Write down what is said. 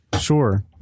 Sure